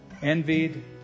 envied